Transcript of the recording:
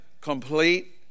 complete